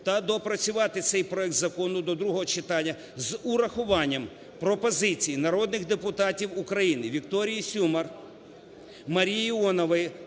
та доопрацювати цей проект закону до другого читання з урахуванням пропозицій народних депутатів України: Вікторії Сюмар, Марії Іонової